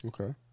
Okay